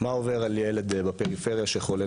מה עובר על ילד בפריפריה שחולה,